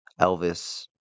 Elvis